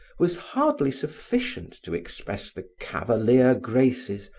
was hardly sufficient to express the cavalier graces,